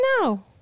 No